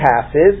passes